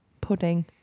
pudding